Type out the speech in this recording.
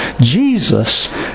Jesus